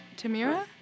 Tamira